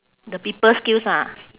the people skills ah